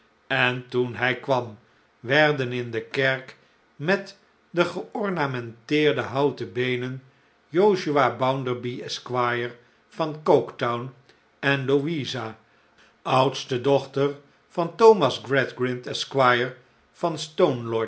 en toen hij kwam werden in de kerk met de geornamenteerde houten beenen josiah bounderby esquire van ooketown en louisa oudste dochter van thomas gradgrind esquire van